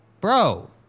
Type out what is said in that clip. Bro